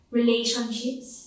relationships